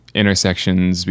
intersections